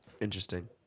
interesting